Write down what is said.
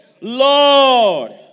Lord